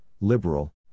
liberal